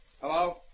Hello